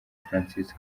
francisco